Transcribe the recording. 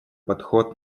подход